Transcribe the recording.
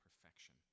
perfection